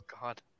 God